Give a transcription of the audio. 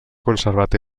conservat